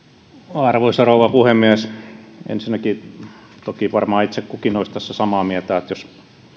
arvoisa rouva puhemies ensinnäkin toki varmaan itse kukin olisi tässä samaa mieltä että jos